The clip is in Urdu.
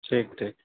ٹھیک ٹھیک